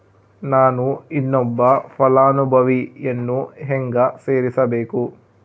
ನಾನು ಇನ್ನೊಬ್ಬ ಫಲಾನುಭವಿಯನ್ನು ಹೆಂಗ ಸೇರಿಸಬೇಕು?